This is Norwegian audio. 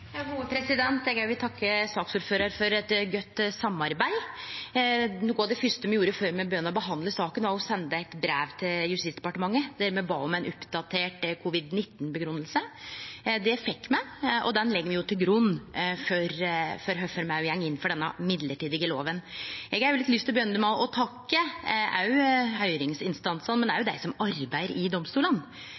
Eg vil takke saksordføraren for eit godt samarbeid. Noko av det første me gjorde før me begynte å behandle saka, var å sende eit brev til Justisdepartementet, der me bad om ei oppdatert covid-19-grunngjeving. Det fekk me, og den legg me til grunn for kvifor me går inn for denne mellombelse lova. Eg har lyst til å begynne med å takke høyringsinstansane, men også dei som arbeider i domstolane.